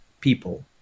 people